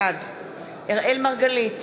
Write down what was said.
בעד אראל מרגלית,